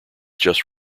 just